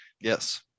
Yes